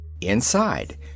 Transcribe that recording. Inside